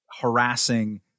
harassing